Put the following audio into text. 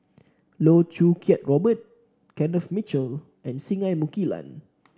Loh Choo Kiat Robert Kenneth Mitchell and Singai Mukilan